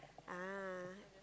ah